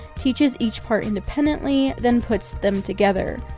teaches each part independently, then puts them together.